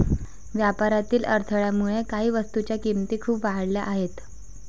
व्यापारातील अडथळ्यामुळे काही वस्तूंच्या किमती खूप वाढल्या आहेत